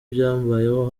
ibyambayeho